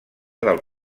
del